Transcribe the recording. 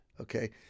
Okay